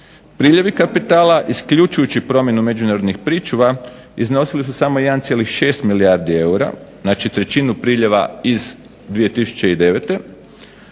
Priljevi kapitala isključujući promjenu međunarodnih pričuva iznosili su samo 1,6% milijardi eura. Znači trećinu priljeva iz 2009.